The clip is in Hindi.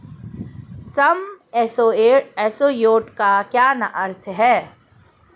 सम एश्योर्ड का क्या अर्थ है?